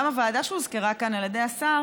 גם הוועדה שהוזכרה כאן על ידי השר